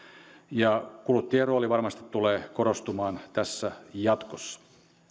ja kuluttajan rooli varmasti tulee korostumaan tässä jatkossa